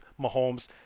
Mahomes